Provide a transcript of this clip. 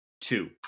Two